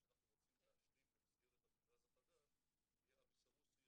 שאנחנו רוצים להשלים במסגרת המכרז החדש יהיה אבי סרוסי,